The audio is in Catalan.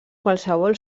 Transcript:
qualsevol